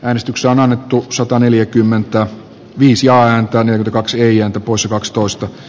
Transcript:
äänestykseen annettu sataneljäkymmentä viisi ja antaa kaksi ja poissa merkitään